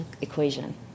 equation